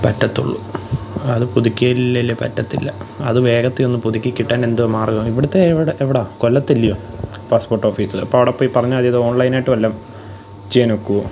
പറ്റത്തുളളൂ അത് പുതുക്കിയില്ലേൽ പറ്റത്തില്ല അത് വേഗത്തിൽ ഒന്ന് പുതുക്കിക്കിട്ടാൻ എന്തുവാ മാർഗം ഇവിടുത്തെ ഇവിടെ ഏവിടെയാ കൊല്ലത്തല്ലിയോ പാസ്പോട്ട് ഓഫീസ് അപ്പം അവിടെപ്പോയി പറഞ്ഞാൽ മതിയോ ഇത് ഓൺലൈനായിട്ട് വല്ലതും ചെയ്യാനൊക്കുമോ